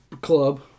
Club